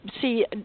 See